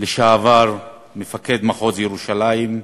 לשעבר מפקד מחוז ירושלים,